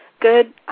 good